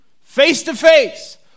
face-to-face